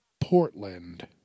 Portland